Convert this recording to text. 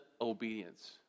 obedience